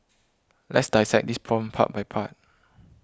let's dissect this problem part by part